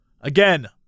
Again